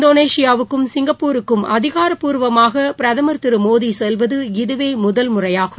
இந்தோளேஷியாவுக்கும் சிங்கப்பூருக்கும் அதிகாரப்பூர்வமாக பிரதமர் திரு மோடி செல்வது இதுவே முதல் முறையாகும்